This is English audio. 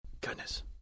Goodness